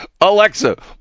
Alexa